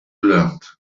learned